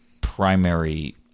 primary